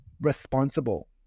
responsible